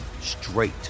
straight